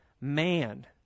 man